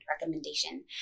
recommendation